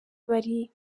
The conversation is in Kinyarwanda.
bari